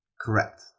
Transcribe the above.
Correct